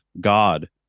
God